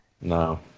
No